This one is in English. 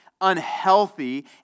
unhealthy